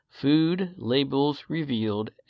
foodlabelsrevealed